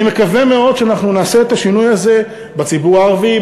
אני מקווה מאוד שאנחנו נעשה את השינוי הזה בציבור הערבי,